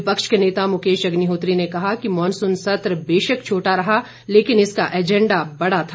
विपक्ष के नेता मुकेश अग्निहोत्री ने कहा कि मानसून सत्र बेशक छोटा रहा लेकिन इसका एजेंडा बड़ा था